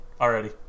already